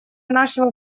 нашего